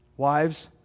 Wives